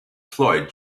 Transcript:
floyd